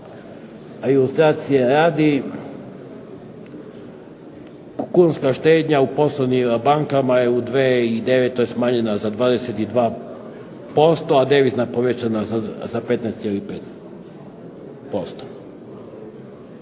Ilustracije radi kunska štednja u poslovnim bankama je u 2009. smanjena za 22%, a devizna povećana za 15,5%.